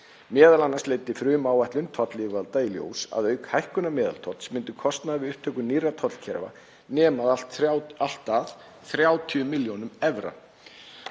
m.a. leiddi frumáætlun tollyfirvalda í ljós að auk hækkunar meðaltolls myndi kostnaður við upptöku nýrra tollkerfa nema allt að 30 milljónum evra.